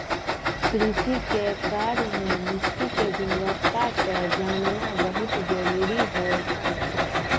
कृषि के कार्य मॅ मिट्टी के गुणवत्ता क जानना बहुत जरूरी होय छै